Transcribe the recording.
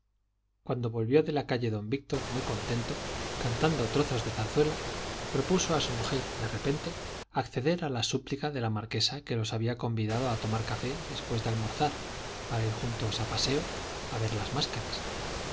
cuando volvió de la calle don víctor muy contento cantando trozos de zarzuela propuso a su mujer de repente acceder a la súplica de la marquesa que los había convidado a tomar café después de almorzar para ir juntos a paseo a ver las máscaras